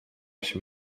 się